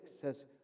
says